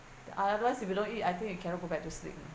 unless if you don't eat I think you cannot go back to sleep you know